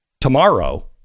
tomorrow